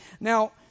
Now